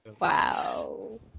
Wow